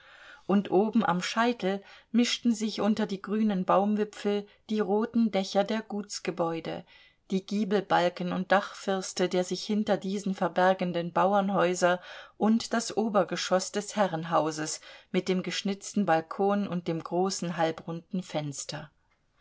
und oben am scheitel mischten sich unter die grünen baumwipfel die roten dächer der gutsgebäude die giebelbalken und dachfirste der sich hinter diesen verbergenden bauernhäuser und das obergeschoß des herrenhauses mit dem geschnitzten balkon und dem großen halbrunden fenster